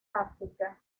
áfrica